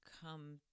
come